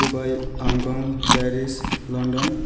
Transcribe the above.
Dubai Hong Kong Paris London